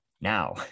Now